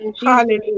Hallelujah